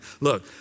look